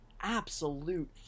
absolute